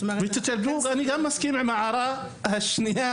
אני גם מסכים עם ההערה השנייה,